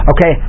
Okay